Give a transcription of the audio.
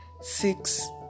six